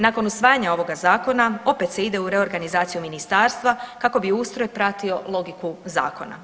Nakon usvajanja ovoga zakona opet se ide u reorganizaciju ministarstva kako bi ustroj pratio logiku zakona.